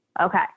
Okay